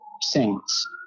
Saints